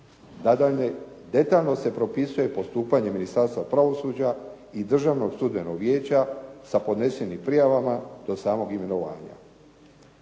Nadalje, detaljno se propisuje postupanje Ministarstva pravosuđa i državnog sudbenog vijeća sa podnesenim prijavama do samog imenovanja.